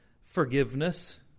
forgiveness